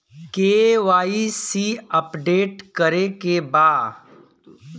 KYC update करे के बा?